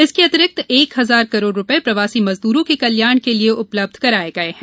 इसके अतिरिक्त एक हजार करोड़ रूपये प्रवासी मजूदरों के कल्याण के लिए उपलब्ध कराए गए हैं